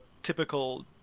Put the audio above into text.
typical